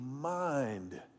mind